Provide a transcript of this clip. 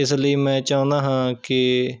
ਇਸ ਲਈ ਮੈਂ ਚਾਹੁੰਦਾ ਹਾਂ ਕਿ